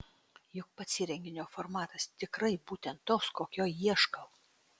juk pats įrenginio formatas tikrai būtent toks kokio ieškau